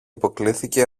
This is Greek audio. υποκλίθηκε